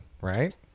right